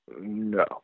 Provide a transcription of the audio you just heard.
no